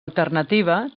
alternativa